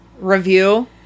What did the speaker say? review